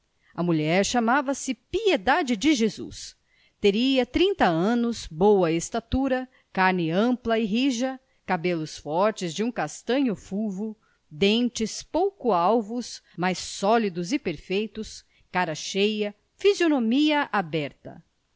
a mulher chamava-se piedade de jesus teria trinta anos boa estatura carne ampla e rija cabelos fortes de um castanho fulvo dentes pouco alvos mas sólidos e perfeitos cara cheia fisionomia aberta